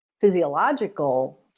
physiological